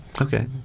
Okay